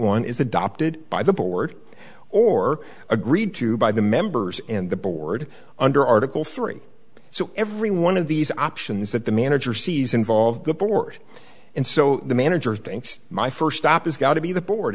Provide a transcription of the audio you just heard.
one is adopted by the board or agreed to by the members in the board under article three so every one of these options that the manager sees involved the board and so the managers banks my first stop is got to be the board